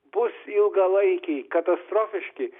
bus ilgalaikiai katastrofiški